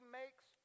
makes